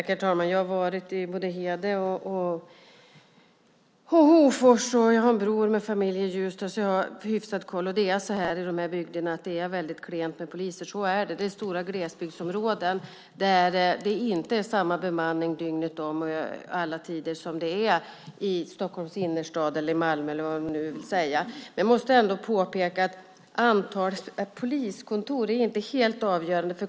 Herr talman! Jag har varit i både Hede och Hofors, och jag har en bror med familj i Ljusdal, så jag har hyfsad koll. Det är så i de bygderna. Det är väldigt klent med poliser. Så är det. Det är stora glesbygdsområden, där det inte är samma bemanning dygnet om och alla tider som det är i Stockholms innerstad eller i Malmö eller var det nu är. Jag måste ändå påpeka att antalet poliskontor inte är helt avgörande.